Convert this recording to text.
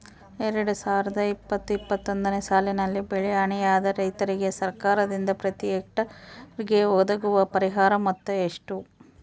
ಎರಡು ಸಾವಿರದ ಇಪ್ಪತ್ತು ಇಪ್ಪತ್ತೊಂದನೆ ಸಾಲಿನಲ್ಲಿ ಬೆಳೆ ಹಾನಿಯಾದ ರೈತರಿಗೆ ಸರ್ಕಾರದಿಂದ ಪ್ರತಿ ಹೆಕ್ಟರ್ ಗೆ ಒದಗುವ ಪರಿಹಾರ ಮೊತ್ತ ಎಷ್ಟು?